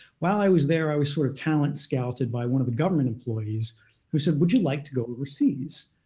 while i was there, i was sort of talent scouted by one of the government employees who said, would you like to go overseas?